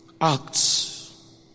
Acts